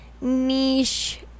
niche